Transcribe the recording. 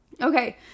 okay